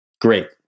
great